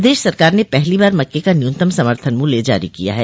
प्रदेश सरकार ने पहली बार मक्के का न्यूनतम समर्थन मूल्य जारी किया है